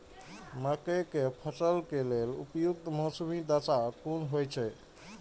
मके के फसल के लेल उपयुक्त मौसमी दशा कुन होए छै?